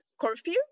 curfew